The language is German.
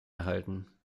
erhalten